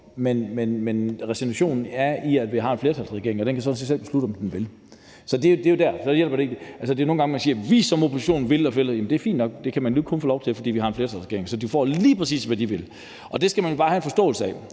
men resignationen opstår, fordi vi har en flertalsregering, og den kan sådan set selv beslutte, hvad den vil. Og så hjælper det jo ikke noget. Der er nogle gange, man siger: Vi som opposition vil det her. Det er fint nok, men det kan man jo ikke få lov til, fordi vi har en flertalsregering. Så den får det lige præcis, som den vil, og det skal man bare have en forståelse af.